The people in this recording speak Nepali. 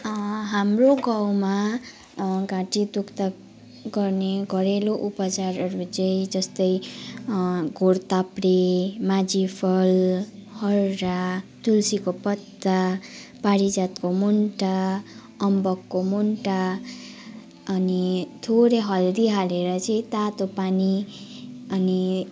हाम्रो गाउँमा घाँटी दुख्दा गर्ने घरेलु उपचारहरू चाहिँ जस्तै घोड टाप्रे माझी फल हर्रा तुलसीको पत्ता पारिजातको मुन्टा अम्बकको मुन्टा अनि थोरै हल्दी हालेर चाहिँ तातो पानी अनि